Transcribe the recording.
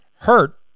hurt